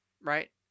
right